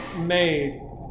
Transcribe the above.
made